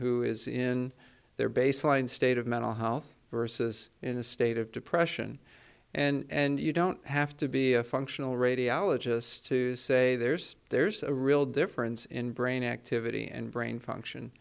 who is in their baseline state of mental health versus in a state of depression and you don't have to be a functional radiologist to say there's there's a real difference in brain activity and brain function